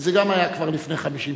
וזה גם היה כבר לפני 50 שנה.